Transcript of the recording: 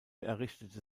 errichtete